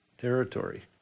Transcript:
territory